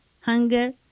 hunger